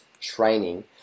training